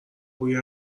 بوی